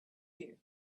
you